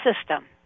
system